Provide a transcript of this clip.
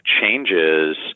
changes